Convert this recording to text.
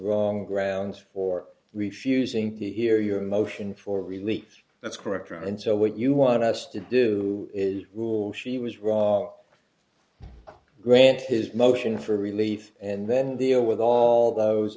wrong grounds for refusing to hear your motion for relief that's correct and so what you want us to do is rule she was wrong grant his motion for relief and then deal with all those